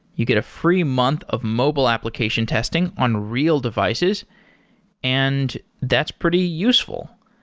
you get a free month of mobile application testing on real devices and that's pretty useful.